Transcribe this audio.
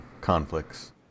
conflicts